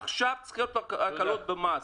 עכשיו צריכות להיות הקלות במס.